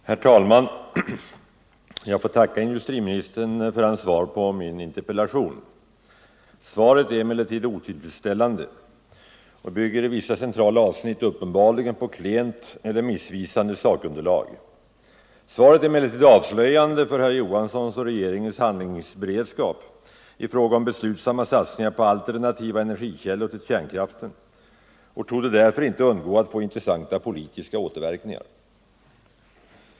Nr 138 Herr talman! Jag får tacka industriministern för hans svar på min in Måndagen den VErRENron 9 december 1974 Svaret är emellertid otillfredsställande och bygger i vissa centrala av= i snitt uppenbarligen på klent eller missvisande sakunderlag. Svaret är ock Om användning av så avslöjande för herr Johanssons och regeringens handlingsberedskap jordvärmen som i fråga om beslutsamma satsningar på energikällor som kan vara ett al — energikälla ternativ till kärnkraften, och torde därför inte undgå att få intressanta politiska återverkningar.